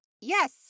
yes